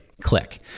click